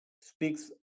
speaks